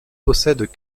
possèdent